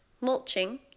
mulching